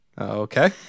Okay